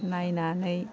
नायनानै